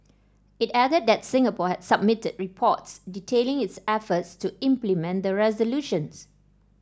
it added that Singapore had submitted reports detailing its efforts to implement the resolutions